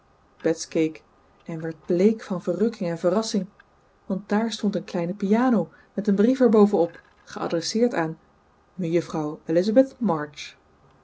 bets keek en werd bleek van verrukking en verrassing want daar stond eene kleine piano met een brief er boven op geadresseerd aan mejuffrouw elizabeth march